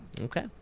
okay